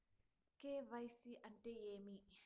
KYC అంటే ఏమి?